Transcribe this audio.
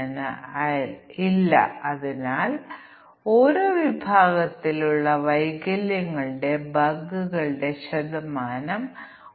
6 ആണ് പവർ 6 എന്നാൽ പിന്നീട് ജോഡി തിരിച്ചുള്ള ടെസ്റ്റിന്റെ വലുപ്പം 15 ആണ് ഇത് കൈകാര്യം ചെയ്യാൻ കഴിയുന്ന ദശലക്ഷം കാണുക 1